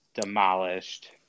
demolished